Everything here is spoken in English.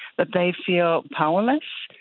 that they feel powerless.